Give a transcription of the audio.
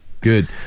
good